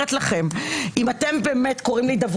מה נדמה לכם שאני ממציאה את זה?